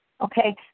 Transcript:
okay